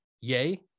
yay